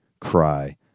cry